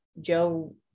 Joe